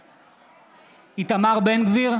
בעד איתמר בן גביר,